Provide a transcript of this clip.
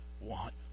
want